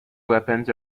weapons